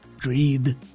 greed